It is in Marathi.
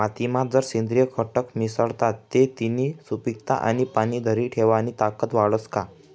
मातीमा जर सेंद्रिय घटक मिसळतात ते तिनी सुपीकता आणि पाणी धरी ठेवानी ताकद वाढस का?